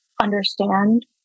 understand